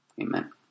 Amen